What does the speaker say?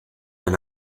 and